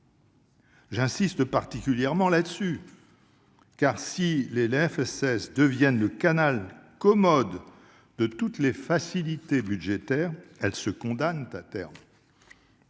J'insiste particulièrement là-dessus, car, si les LFSS deviennent le canal commode de toutes les facilités budgétaires, elles se condamnent à terme.